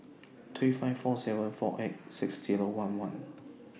three five four seven four eight six Zero one one